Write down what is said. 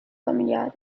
familiare